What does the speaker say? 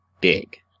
big